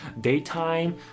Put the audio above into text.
daytime